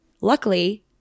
luckily